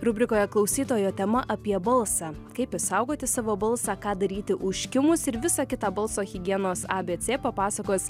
rubrikoje klausytojo tema apie balsą kaip išsaugoti savo balsą ką daryti užkimus ir visą kitą balso higienos abc papasakos